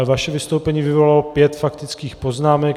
Vaše vystoupení vyvolalo pět faktických poznámek.